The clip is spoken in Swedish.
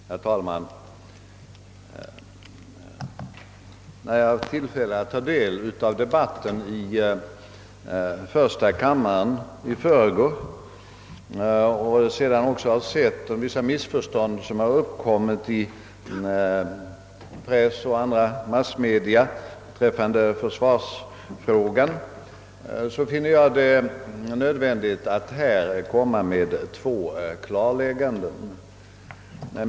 Herr talman! Sedan jag haft tillfälle att ta del av den debatt som fördes i första kammaren i förrgår och sedan jag uppmärksammat att vissa missförstånd uppstått i press och andra massmedia beträffande försvarsfrågan, finner jag det nödvändigt att här göra två klarlägganden.